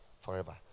forever